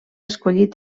escollit